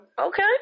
Okay